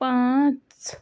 پانٛژھ